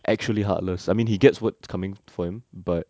actually heartless I mean he gets what's coming for him but